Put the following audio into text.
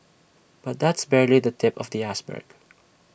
but that's barely the tip of the iceberg